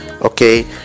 okay